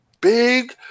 big